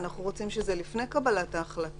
אנחנו רוצים שזה יובא לפני קבלת ההחלטה.